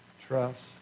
trust